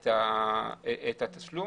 התשלום,